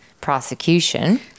prosecution